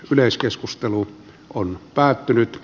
yleiskeskustelu on päättynyt